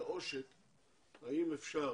בעושק, האם אפשר